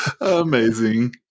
Amazing